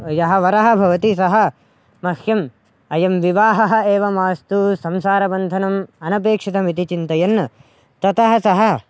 यः वरः भवति सः मह्यम् अयं विवाहः एव मास्तु संसारबन्धनम् अनपेक्षितम् इति चिन्तयन् ततः सः